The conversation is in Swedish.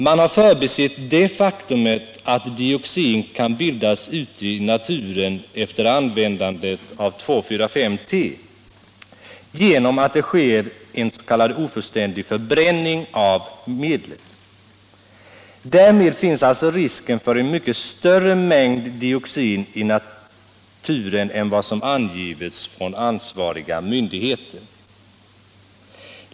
Man har förbisett det faktum att dioxin kan bildas ute i naturen efter användandet av 2,4,5-T genom att det sker en ofullständig förbränning av medlet. Därmed finns alltså risken för en mycket större mängd dioxin i naturen än vad som angivits från ansvariga myndigheter.